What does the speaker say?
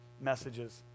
messages